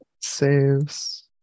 Saves